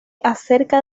acerca